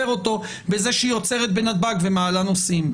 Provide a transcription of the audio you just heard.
אותו בזה שהיא עוצרת בנתב"ג ומעלה נוסעים.